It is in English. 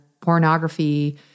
pornography